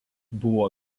buvo